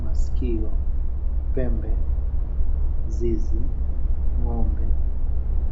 Maskiio, Pembe, Zizi, Ng'ombe,